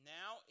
now